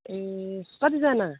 ए कतिजना